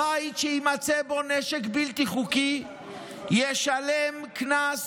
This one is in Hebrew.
בית שיימצא בו נשק בלתי חוקי ישלם קנס